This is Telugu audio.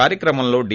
కార్యక్రమంలో డి